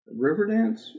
Riverdance